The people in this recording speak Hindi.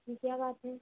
जी क्या बात है